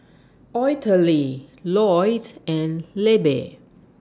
Ottilie Lloyd and Libbie